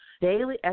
Daily